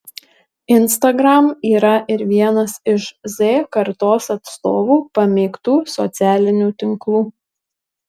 instagram yra ir vienas iš z kartos atstovų pamėgtų socialinių tinklų